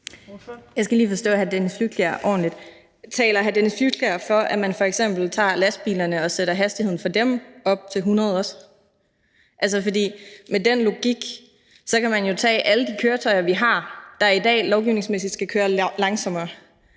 Flydtkjær rigtigt: Taler hr. Dennis Flydtkjær for, at man f.eks. tager lastbilerne og også sætter hastigheden for dem op til 100 km/t? For med den logik kan man jo tage alle de køretøjer, vi har, og som i dag lovgivningsmæssigt skal køre langsommere,